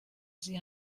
sie